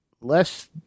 less